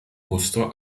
muster